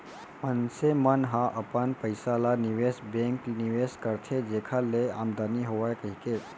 मनसे मन ह अपन पइसा ल निवेस बेंक निवेस करथे जेखर ले आमदानी होवय कहिके